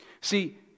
See